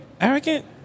arrogant